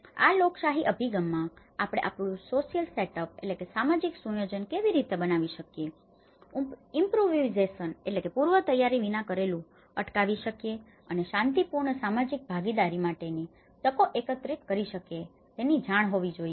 આ લોકશાહી અભિગમમાં આપણે આપણું સોશિયલ સેટઅપ democratic approach સામાજિક સુયોજન કેવી રીતે બનાવી શકીએ ઇમ્પ્રુવિઝેશન improvisation પૂર્વતૈયારી વિના કરેલું અટકાવી શકીએ અને શાંતિપૂર્ણ સામાજિક ભાગીદારી માટેની તકો એકત્રીત કરી શકીએ તેની જાણ હોવી જોઈએ